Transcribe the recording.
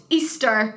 Easter